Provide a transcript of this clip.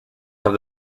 have